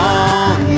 on